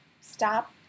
stop